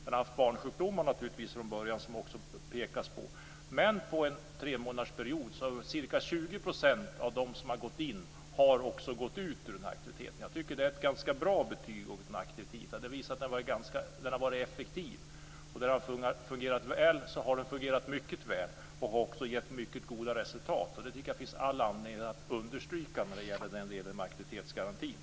Men det har gjorts ett antal stickprov som har visat att under en tremånadersperiod har ca 20 % av dem som har gått in också gått ut ur aktiviteten. Jag tycker att det är ett ganska bra betyg. Det visar att aktiviteten har varit effektiv. Där den har fungerat väl så har den fungerat mycket väl. Den har också gett mycket goda resultat. Det tycker jag finns all anledning att understryka när det gäller aktivitetsgarantin.